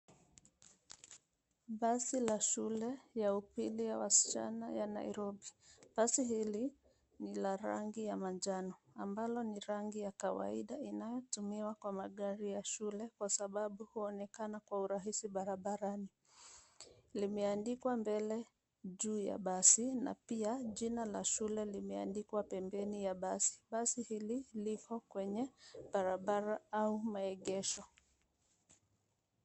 Basi la shule ya upili ya wasichana ya Nairobi, basi hili ni la rangi ya manjano ambalo ni rangi ya kawaida inayotumiwa kwa magari ya shule kwa sababu huonekana kwa urahisi barabarani, limeandikwa mbele juu ya basi na pia jina la shule limeandikwa pembeni ya basi, basi liko kwenye barabara au maegesho.